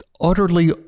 utterly